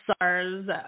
SARS